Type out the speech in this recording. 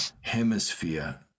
hemisphere